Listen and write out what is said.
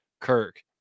Kirk